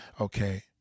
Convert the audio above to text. Okay